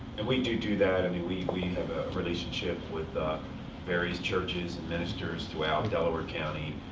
and we do do that. i mean, we we have a relationship with various churches and ministers throughout delaware county,